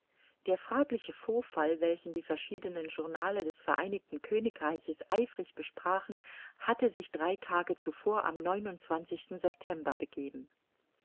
der fragliche vorfall welchen die verschiedenen journale des vereinigten königreichs eifrig besprachen hatte sich drei tage zuvor am september begeben